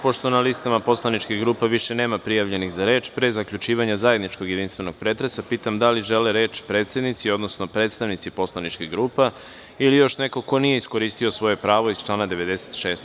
Pošto na listama poslaničkih grupa više nema prijavljenih za reč, pre zaključivanja zajedničkog jedinstvenog pretresa, pitam da li žele reč predsednici, odnosno predstavnici poslaničkih grupa ili još neko ko nije iskoristio svoje pravo iz člana 96.